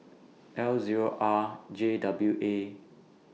L Zero R J W A